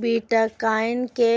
bitcoin के